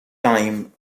time